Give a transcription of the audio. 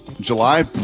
July